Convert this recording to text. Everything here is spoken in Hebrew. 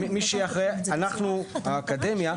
האקדמיה,